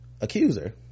accuser